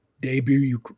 Debut